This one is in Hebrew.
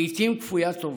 לעיתים כפוית טובה.